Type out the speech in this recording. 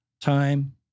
time